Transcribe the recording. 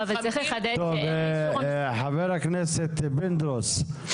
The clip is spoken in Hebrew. חבר הכנסת פינדרוס,